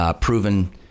proven